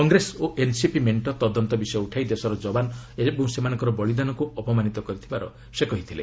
କଂଗ୍ରେସ ଓ ଏନ୍ସିପି ମେଣ୍ଟ ତଦନ୍ତ ବିଷୟ ଉଠାଇ ଦେଶର ଯବାନ ଓ ସେମାନଙ୍କର ବଳିଦାନକୁ ଅପମାନିତ କରିଥିବାର ସେ କହିଥିଲେ